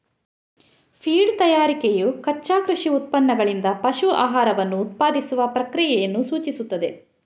feed ತಯಾರಿಕೆಯು ಕಚ್ಚಾ ಕೃಷಿ ಉತ್ಪನ್ನಗಳಿಂದ ಪಶು ಆಹಾರವನ್ನು ಉತ್ಪಾದಿಸುವ ಪ್ರಕ್ರಿಯೆಯನ್ನು ಸೂಚಿಸುತ್ತದೆ